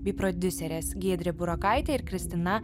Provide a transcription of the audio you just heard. bei prodiuserės giedrė burokaitė ir kristina